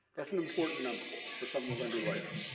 that's an important number for someone one day later